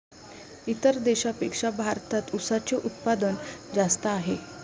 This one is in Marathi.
इतर देशांपेक्षा भारतात उसाचे उत्पादन जास्त आहे